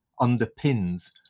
underpins